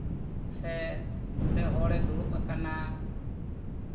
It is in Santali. ᱥᱮ ᱚᱸᱰᱮ ᱦᱚᱲᱮ ᱫᱩᱲᱩᱵ ᱟᱠᱟᱱᱟ